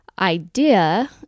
idea